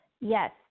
Yes